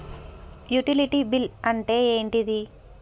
Utility bill అంటే ఏంటిది?